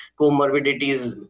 comorbidities